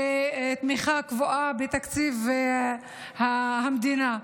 תמיכה קבועה בתקציב המדינה.